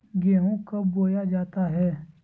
गेंहू कब बोया जाता हैं?